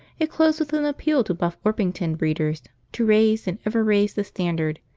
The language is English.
it closed with an appeal to buff orpington breeders to raise and ever raise the standard,